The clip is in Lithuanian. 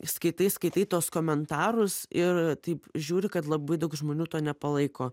skaitai skaitai tuos komentarus ir taip žiūri kad labai daug žmonių to nepalaiko